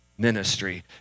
Ministry